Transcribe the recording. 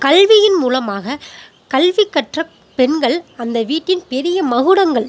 கல்வியின் மூலமாக கல்வி கற்ற பெண்கள் அந்த வீட்டின் பெரிய மகுடங்கள்